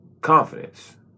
confidence